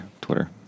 Twitter